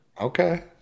Okay